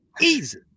easy